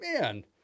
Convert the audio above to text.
man